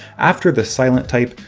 after the silentype,